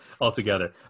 altogether